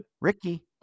Ricky